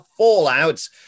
fallouts